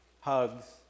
hugs